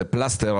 זה פלסטר,